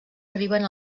arriben